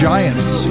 Giants